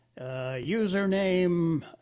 username